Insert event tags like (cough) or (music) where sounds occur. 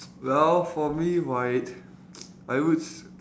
well for me right (noise) I would s~